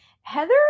Heather